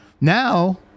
now